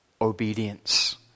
obedience